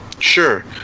Sure